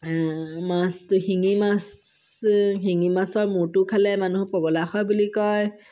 মাছটো শিঙি মাছ শিঙি মাছৰ মূৰটো খালে মানুহ পগলা হয় বুলি কয়